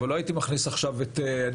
אבל לא הייתי מכניס עכשיו את שדרות.